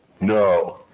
No